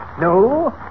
No